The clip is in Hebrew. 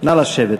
נא לשבת.